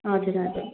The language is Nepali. हजुर हजुर